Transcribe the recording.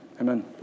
amen